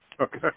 Okay